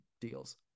deals